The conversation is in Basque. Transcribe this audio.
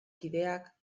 kideak